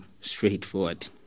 straightforward